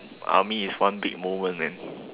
army is one big moment man